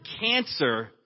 cancer